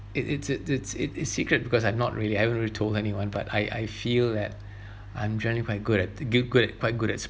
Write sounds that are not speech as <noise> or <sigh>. it it's it it's it is secret because I'm not really I haven't really told anyone but I I feel that <breath> I'm generally quite good at good good quite good at